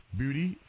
beauty